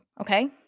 okay